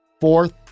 fourth